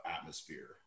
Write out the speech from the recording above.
atmosphere